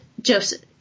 Joseph